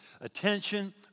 attention